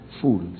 Fools